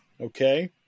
okay